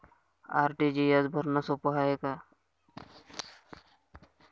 RTGS भरनं सोप हाय का?